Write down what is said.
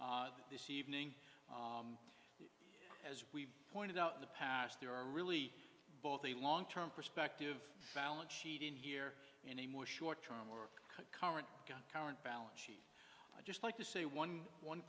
this evening as we've pointed out in the past there are really both the long term perspective balance sheet in here in a more short term or current current balance sheet i just like to say one one